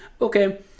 okay